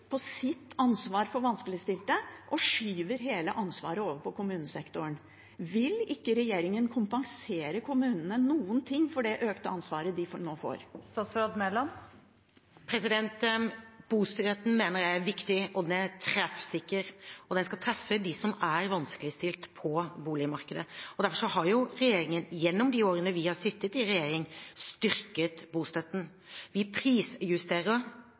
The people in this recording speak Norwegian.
på sitt ansvar for vanskeligstilte og skyver hele ansvaret over på kommunesektoren. Vil ikke regjeringen kompensere kommunene med noen ting for det økte ansvaret de nå får? Bostøtten er viktig, mener jeg, og den er treffsikker. Den skal treffe dem som er vanskeligstilt på boligmarkedet. Derfor har regjeringen, gjennom de årene vi har sittet, styrket bostøtten. Vi prisjusterer utgiftene. Vi har styrket bostøtten til barnefamilier, fordi vi